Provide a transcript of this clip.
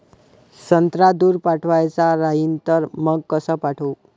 संत्रा दूर पाठवायचा राहिन तर मंग कस पाठवू?